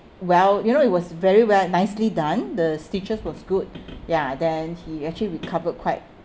well you know it was very well nicely done the stitches was good ya then he actually recovered quite